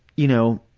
you know,